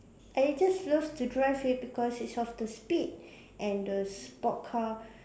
I just love to drive it because it's of the speed and the sport car